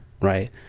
right